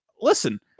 listen